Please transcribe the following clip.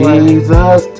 Jesus